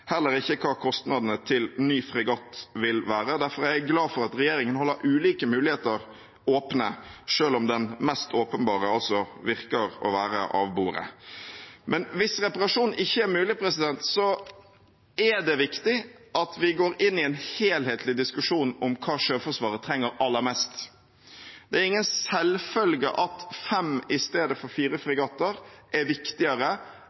heller ikke hva kostnadene til ny fregatt vil være. Derfor er jeg glad for at regjeringen holder ulike muligheter åpne, selv om den mest åpenbare altså virker å være av bordet. Men hvis reparasjon ikke er mulig, er det viktig at vi går inn i en helhetlig diskusjon om hva Sjøforsvaret trenger aller mest. Det er ingen selvfølge at fem i stedet for fire fregatter er viktigere